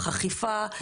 אכיפה,